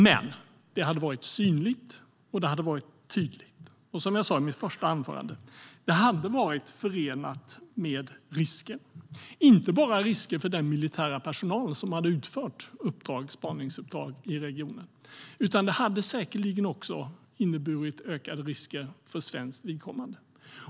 Men det hade varit synligt och tydligt. Som jag sa i mitt första anförande hade det varit förenat med risker, inte bara risker för den militära personal som skulle ha utfört spaningsuppdrag i regionen, utan säkerligen också ökade risker för svenskt vidkommande.